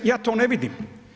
Ja to ne vidim.